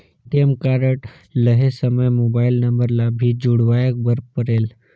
ATM card लहे समय mobile number ला भी जुड़वाए बर परेल?